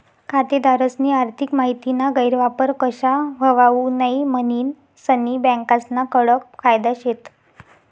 खातेदारस्नी आर्थिक माहितीना गैरवापर कशा व्हवावू नै म्हनीन सनी बँकास्ना कडक कायदा शेत